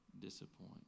disappoint